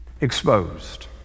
exposed